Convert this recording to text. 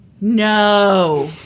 No